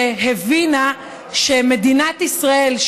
שהבינה שמדינת ישראל,